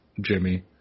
Jimmy